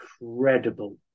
incredible